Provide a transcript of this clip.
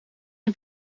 een